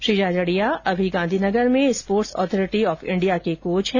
श्री झाझड़िया अभी गांधीनगर में Sports Authority of India के कोच हैं